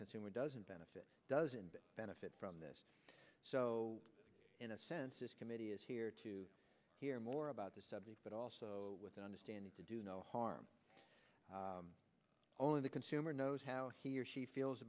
consumer doesn't benefit doesn't benefit from this so in a sense this committee is here to hear more about the subject but also with the understanding to do no harm only the consumer knows how he or she feels